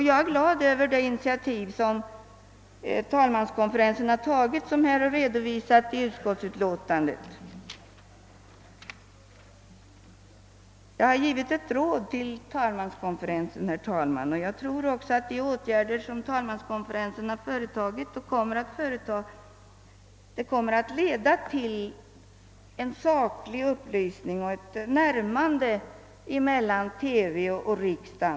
Jag är glad över det initiativ som talmanskonferensen tagit och som redovisas i utskottets utlåtande. Jag har givit tal manskonferensen ett råd, och jag tror att de åtgärder som talmanskonferensen företagit och kommer att företaga även skall leda till en saklig upplysning och ett närmande mellan TV och riksdag.